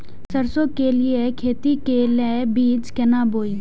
सरसों के लिए खेती के लेल बीज केना बोई?